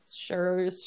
sure